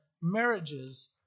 marriages